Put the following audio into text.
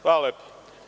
Hvala lepo.